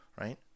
Right